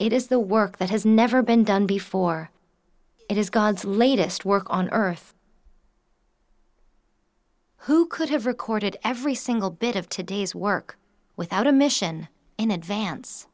it is the work that has never been done before it is god's latest work on earth who could have recorded every single bit of today's work without a mission in advance